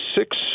six